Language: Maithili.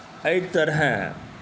एहि तरहेँ